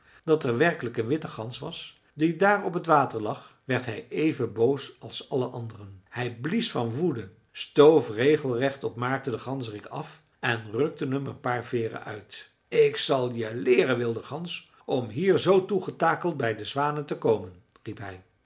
dat er werkelijk een witte gans was die daar op het water lag werd hij even boos als alle anderen hij blies van woede stoof regelrecht op maarten den ganzerik af en rukte hem een paar veeren uit ik zal je leeren wilde gans om hier zoo toegetakeld bij de zwanen te komen riep hij